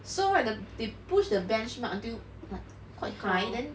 so right the they push the benchmark until like quite high then